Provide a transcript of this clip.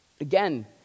Again